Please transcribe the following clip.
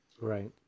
Right